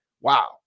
wow